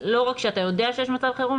לא רק שאתה יודע שיש מצב חירום,